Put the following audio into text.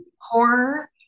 horror